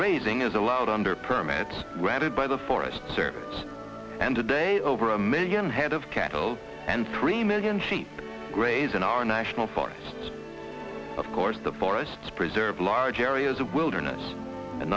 grazing is allowed under permits granted by the forest service and today over a million head of cattle and three million sheep grazing our national forests of course the forests preserve large areas of wilderness and